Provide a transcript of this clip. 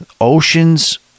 Oceans